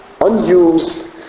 unused